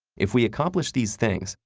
if we accomplish these things,